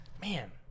man